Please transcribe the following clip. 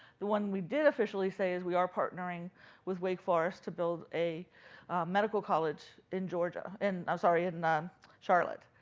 the one we did officially say is we are partnering with wake forest to build a medical college in georgia. and i'm sorry, in um charlotte.